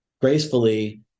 gracefully